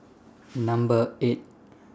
Number eight